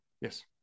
Yes